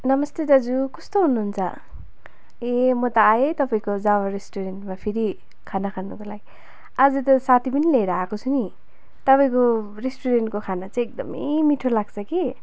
नमस्ते दाजु कस्तो हुनुहुन्छ ए म त आएँ है तपाईँको जाभा रेस्टुरेन्टमा फेरि खाना खानुको लागि आजु त साथी पनि ल्याएर आएको छु नि तपाईँको रेस्टुरेन्टको खाना चाहिँ एकदमै मिठो लाग्छ कि